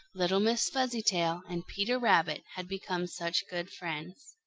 little miss fuzzytail, and peter rabbit had become such good friends.